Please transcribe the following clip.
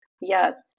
Yes